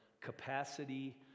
capacity